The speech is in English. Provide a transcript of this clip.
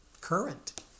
current